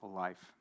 life